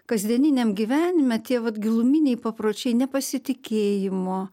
kasdieniniam gyvenime tie vat giluminiai papročiai nepasitikėjimo